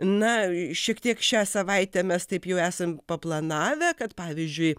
na šiek tiek šią savaitę mes taip jų esam paplanavę kad pavyzdžiui